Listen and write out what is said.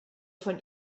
von